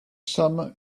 summer